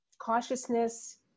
Cautiousness